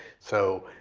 so